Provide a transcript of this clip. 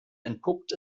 entpuppt